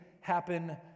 happen